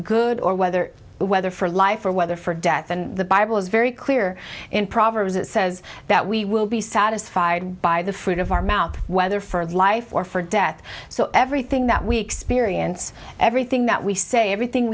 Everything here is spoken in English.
good or whether whether for life or whether for death and the bible is very clear in proverbs it says that we will be satisfied by the fruit of our mouth whether for life or for death so everything that we experience everything that we say everything